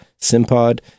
SimPod